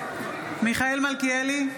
נגד מיכאל מלכיאלי,